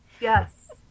Yes